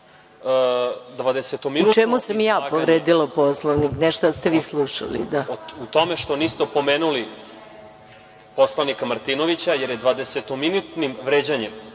U čemu sam ja povredila Poslovnik, a ne šta ste vi slušali?